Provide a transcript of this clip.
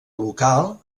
local